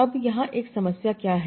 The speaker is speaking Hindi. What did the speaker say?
अब यहाँ एक समस्या क्या है